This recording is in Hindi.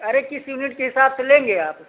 अरे किस यूनिट के हिसाब से लेंगे आप